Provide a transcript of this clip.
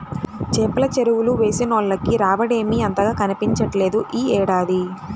చేపల చెరువులు వేసినోళ్లకి రాబడేమీ అంతగా కనిపించట్లేదు యీ ఏడాది